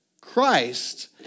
Christ